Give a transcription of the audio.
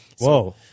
Whoa